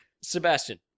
Sebastian